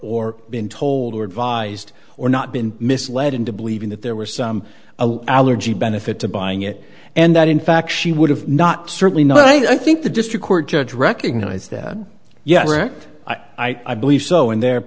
or been told or advised or not been misled into believing that there were some allergy benefit to buying it and that in fact she would have not certainly not i think the district court judge recognized that yes i believe so and the